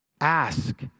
Ask